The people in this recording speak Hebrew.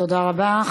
תודה רבה.